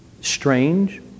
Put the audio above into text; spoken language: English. strange